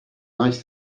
nice